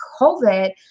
COVID